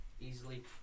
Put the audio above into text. Easily